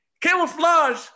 camouflage